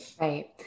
Right